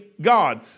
God